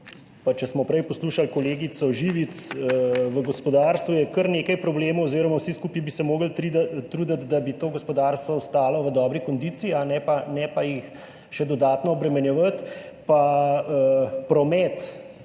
in če smo prej poslušali kolegico Živic, v gospodarstvu je kar nekaj problemov oziroma vsi skupaj bi se morali truditi, da bi to gospodarstvo ostalo v dobri kondiciji, ne pa ga še dodatno obremenjevati. Promet